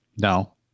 No